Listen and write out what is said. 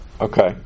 okay